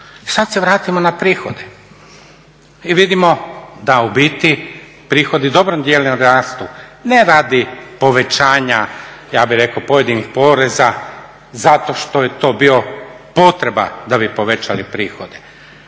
Sad se vratimo na prihode i vidimo da prihodi u dobrom dijelu rastu ne radi povećanja ja bih rekao pojedinih poreza zato što je to bio potreba da bi povećali prihode,